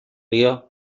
río